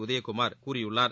உதயகுமார் கூறியுள்ளார்